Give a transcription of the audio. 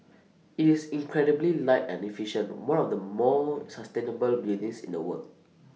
IT is incredibly light and efficient one of the more sustainable buildings in the world